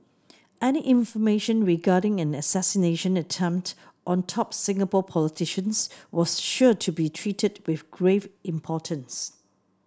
any information regarding an assassination attempt on top Singapore politicians was sure to be treated with grave importance